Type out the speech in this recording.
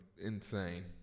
insane